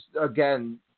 again